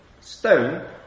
stone